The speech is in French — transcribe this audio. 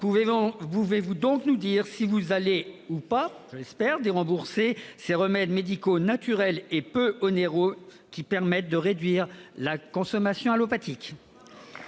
pouvez-vous nous indiquer si vous allez, ou non, dérembourser ces remèdes médicaux naturels et peu onéreux qui permettent de réduire la consommation allopathique ?